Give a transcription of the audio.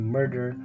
Murder